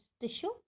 tissue